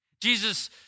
Jesus